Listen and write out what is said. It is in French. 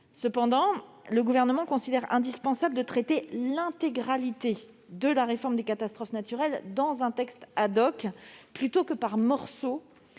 des débats, le Gouvernement juge indispensable de traiter l'intégralité de la réforme des catastrophes naturelles dans un texte plutôt que par morceaux